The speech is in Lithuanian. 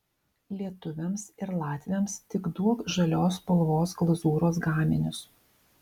lietuviams ir latviams tik duok žalios spalvos glazūros gaminius